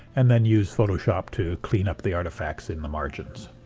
and then use photoshop to clean up the artefacts in the margins.